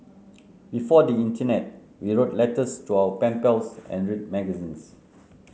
before the internet we wrote letters to our pen pals and read magazines